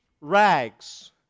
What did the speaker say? rags